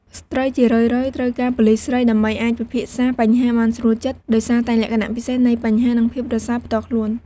ស្ត្រីជារឿយៗ ត្រូវការប៉ូលិសស្រី ដើម្បីអាចពិភាក្សាបញ្ហាបានស្រួលចិត្ត ដោយសារតែលក្ខណៈពិសេសនៃបញ្ហា និងភាពរសើបផ្ទាល់ខ្លួន។